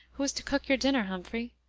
who is to cook your dinner, humphrey?